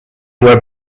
were